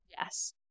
Yes